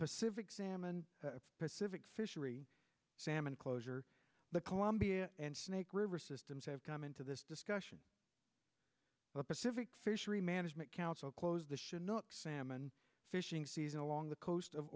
pacific salmon pacific fishery salmon closure the columbia and snake river systems have come into this discussion but pacific fishery management council closed the chinook salmon fishing season along the coast of